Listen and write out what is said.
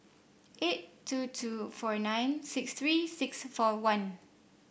eight two two four nine six three six four one